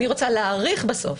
אני רוצה להאריך בסוף.